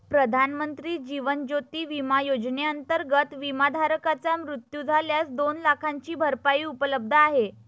प्रधानमंत्री जीवन ज्योती विमा योजनेअंतर्गत, विमाधारकाचा मृत्यू झाल्यास दोन लाखांची भरपाई उपलब्ध आहे